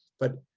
but